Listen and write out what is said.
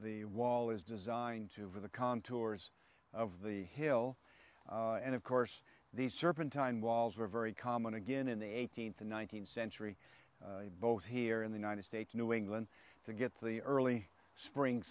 the wall is designed to for the contours of the hill and of course these serpentine walls were very common again in the eighteenth and nineteenth century both here in the united states new england to get the early spring